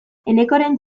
enekoren